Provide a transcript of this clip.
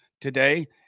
today